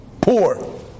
poor